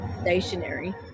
stationary